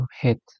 hit